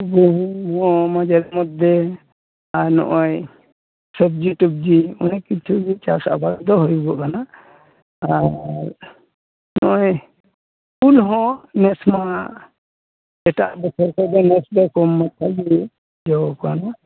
ᱜᱩᱦᱩᱢ ᱦᱚᱸ ᱢᱟᱡᱷᱮᱨ ᱢᱚᱫᱽᱫᱷᱮ ᱟᱨ ᱱᱚᱜ ᱚᱭ ᱥᱚᱵᱡᱤ ᱴᱚᱵᱡᱤ ᱚᱱᱮᱠ ᱠᱤᱪᱷᱩ ᱜᱮ ᱪᱟᱥ ᱟᱵᱟᱫ ᱫᱚ ᱦᱩᱭᱩᱜᱼᱜ ᱠᱟᱱᱟ ᱟᱨ ᱱᱯᱜᱼᱚᱭ ᱩᱞ ᱦᱚᱸ ᱱᱮᱥ ᱢᱟ ᱮᱴᱟᱜ ᱵᱚᱪᱷᱚᱨ ᱠᱷᱚᱡ ᱱᱮᱥ ᱫᱚ ᱠᱚᱢ ᱢᱟᱪᱷᱟ ᱜᱮ ᱡᱚ ᱟᱠᱟᱱᱟ